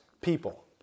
people